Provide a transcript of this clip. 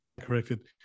corrected